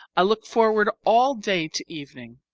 i look forward all day to evening,